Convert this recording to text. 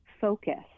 focus